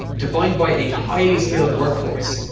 defined by a highly skilled workforce.